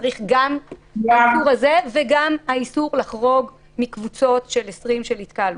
כלומר צריך גם האיסור הזה וגם האיסור לחרוג מקבוצות של 20 בהתקהלות.